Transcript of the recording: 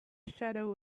shadow